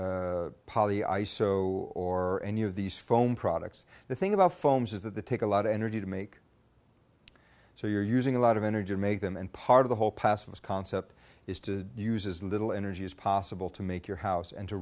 iso or any of these foam products the thing about foams is that the take a lot of energy to make so you're using a lot of energy to make them and part of the whole passive concept is to use as little energy as possible to make your house and to